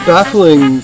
Baffling